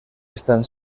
están